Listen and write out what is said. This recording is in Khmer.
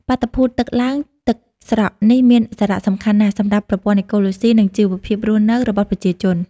បាតុភូតទឹកឡើងទឹកស្រកនេះមានសារៈសំខាន់ណាស់សម្រាប់ប្រព័ន្ធអេកូឡូស៊ី និងជីវភាពរស់នៅរបស់ប្រជាជន។